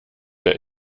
der